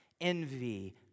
envy